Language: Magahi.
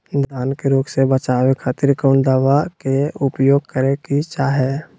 धान के रोग से बचावे खातिर कौन दवा के उपयोग करें कि चाहे?